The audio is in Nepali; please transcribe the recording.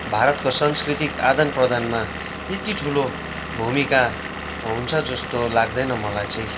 भारतको सांस्कृतिक आदन प्रदानमा त्यति ठुलो भूमिका हुन्छ जस्तो लाग्दैन मलाई चाहिँ